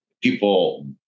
people